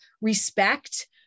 respect